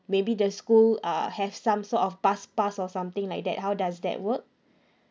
maybe the school uh have some sort of pass pass or something like that how does that work